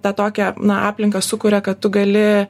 tą tokią na aplinką sukuria kad tu gali